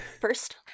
first